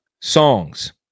songs